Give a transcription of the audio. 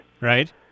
Right